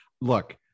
look